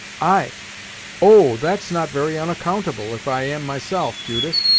i oh! that's not very onaccountable, if i am myself, judith.